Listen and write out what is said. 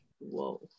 Whoa